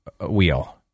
wheel